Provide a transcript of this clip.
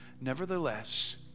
nevertheless